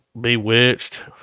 Bewitched